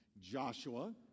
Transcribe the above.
Joshua